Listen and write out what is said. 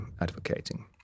advocating